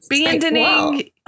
abandoning